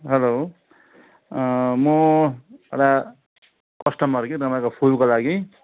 hello म एउटा customer कि तपाईँको फुलको लागि